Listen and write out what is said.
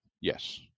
Yes